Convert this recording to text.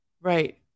Right